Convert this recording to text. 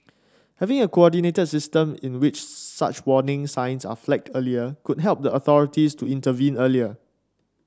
having a coordinated system in which such warning signs are flagged earlier could help the authorities to intervene earlier